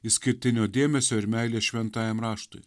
išskirtinio dėmesio ir meilės šventajam raštui